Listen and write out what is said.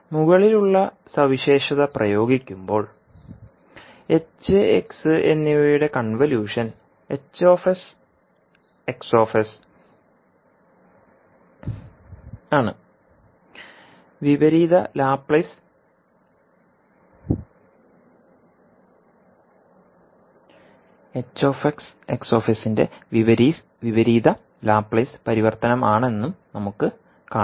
മുകളിലുള്ള സവിശേഷത പ്രയോഗിക്കുമ്പോൾ hx എന്നിവയുടെ കൺവല്യൂഷൻ ന്റെ വിപരീത ലാപ്ലേസ് പരിവർത്തനമാണെന്നും നമുക്ക് കാണാം